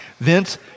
Vince